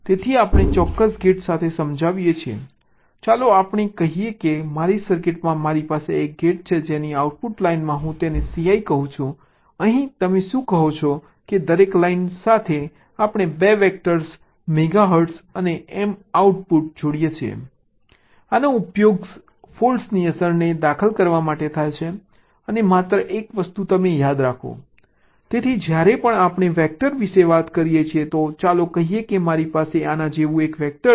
તેથી આપણે ચોક્કસ ગેટ સાથે સમજાવીએ છીએ ચાલો આપણે કહીએ કે મારી સર્કિટમાં મારી પાસે એક ગેટ છે જેની આઉટપુટ લાઇન હું તેને Cl કહું છું અહીં તમે શું કહો છો કે દરેક લાઇન સાથે આપણે 2 વેક્ટર Mz અને Mo જોડીએ છીએ આનો ઉપયોગ ફોલ્ટની અસરને દાખલ કરવા માટે થાય છે અને માત્ર એક વસ્તુ તમે યાદ રાખો તેથી જ્યારે પણ આપણે વેક્ટર વિશે વાત કરીએ તો ચાલો કહીએ કે મારી પાસે આના જેવું વેક્ટર છે